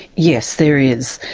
yes, there is.